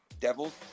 Devils